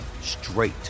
straight